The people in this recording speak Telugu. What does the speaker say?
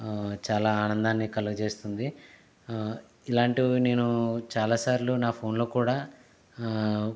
చాలా ఆనందాన్ని కలుగజేస్తుంది ఇలాంటివి నేను చాలా సార్లు నా ఫోన్ లో కూడా